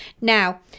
Now